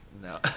No